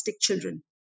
children